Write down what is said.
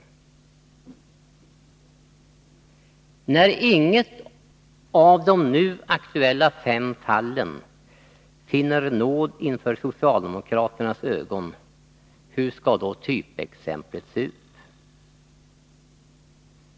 När inget av de nu aktuella fem fallen finner nåd inför socialdemokraternas ögon, hur skall då typexemplet se ut?